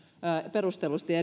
perustellusti